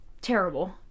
terrible